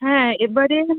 হ্যাঁ এবারে